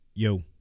Yo